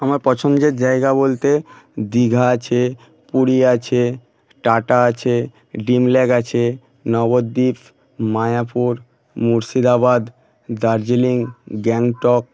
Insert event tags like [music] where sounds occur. আমার পছন্দের জায়গা বলতে দীঘা আছে পুরী আছে টাটা আছে [unintelligible] আছে নবদ্বীপ মায়াপুর মুর্শিদাবাদ দার্জিলিং গ্যাংটক